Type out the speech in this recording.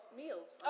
meals